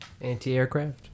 Anti-aircraft